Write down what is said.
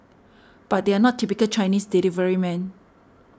but they're not typical Chinese deliverymen